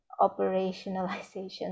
operationalization